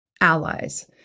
allies